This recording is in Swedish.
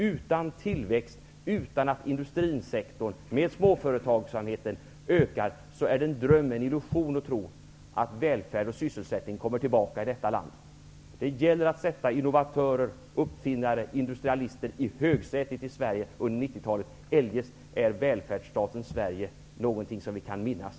Utan tillväxt, utan att industrisektorn -- med småföretagsamheten -- ökar är det en dröm, en illusion, att tro att välfärd och sysselsättning kommer tillbaka i detta land. Det gäller att sätta innovatörer, uppfinnare och industrialister i högsätet i Sverige under 90-talet. Eljest är välfärdsstaten Sverige någonting som vi kan minnas.